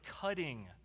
cutting